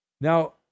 Now